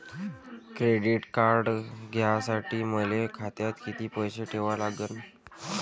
Credit card घ्यासाठी मले खात्यात किती पैसे ठेवा लागन?